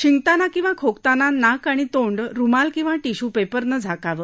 शिंकताना किंवा खोकताना नाक आणि तोंड रुमाल किंवा टिश्यू पेपरनं झाकावं